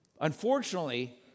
Unfortunately